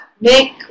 make